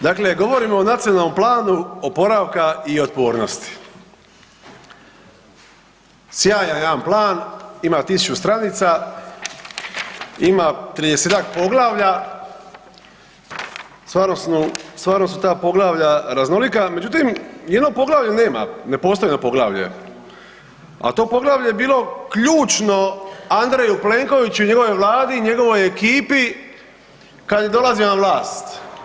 Dakle, govorimo o Nacionalnom planu oporavka i otpornosti, sjajan jedan plan ima 1000 stranica, ima 30-tak poglavlja, stvarno su ta poglavlja raznolika, međutim jedno poglavlje nema, ne postoji jedno poglavlje, a to poglavlje je bilo ključno Andreju Plenkoviću i njegovoj Vladi i njegovoj ekipi kad je dolazio na vlast.